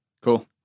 Cool